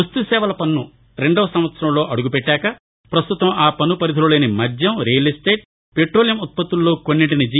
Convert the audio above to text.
వస్తుసేవాలపన్ను రెండవ సంవత్సరంలో అడుగుపెట్టాక ప్రస్తుతం ఆపన్ను పరిధిలోలేని మద్యం రియల్ ఎస్టేట్ పెట్టోలియం ఉత్పత్తులలో కొన్నింటిని జి